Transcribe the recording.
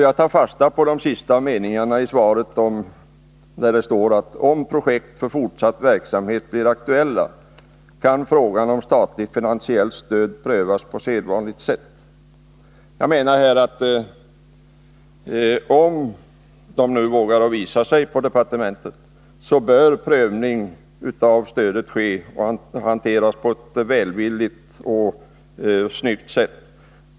Jag tar fasta på den sista meningen i svaret: ”Om projekt för fortsatt verksamhet blir aktuella, kan frågan om statligt, finansiellt stöd prövas på sedvanligt sätt.” Om man från företaget vågar visa sig på departementet så bör prövning av stödet ske och hanteras på ett välvilligt och snyggt sätt.